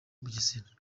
bugesera